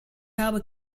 habe